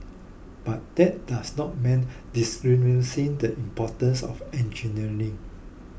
but that does not mean the importance of engineering